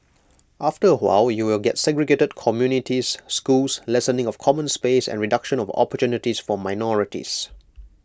after A while you will get segregated communities schools lessening of common space and reduction of opportunities for minorities